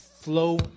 flow